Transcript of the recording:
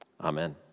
Amen